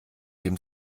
dem